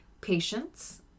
Patience